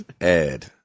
Ed